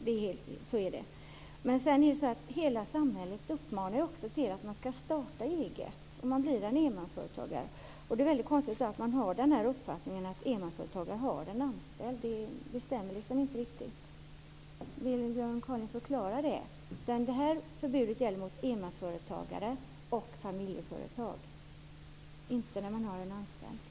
Det är riktigt - så är det. Hela samhället uppmanar ju till att man ska starta eget och bli enmansföretagare. Därför är det konstigt att man har uppfattningen att enmansföretagare har en anställd. Det stämmer inte riktigt. Vill Björn Kaaling förklara det? Detta förbud gäller enmansföretagare och familjeföretag - inte när man har en anställd.